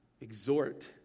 Exhort